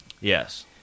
Yes